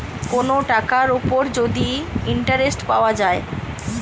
কোন টাকার উপর যদি ইন্টারেস্ট পাওয়া যায়